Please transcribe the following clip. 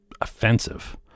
offensive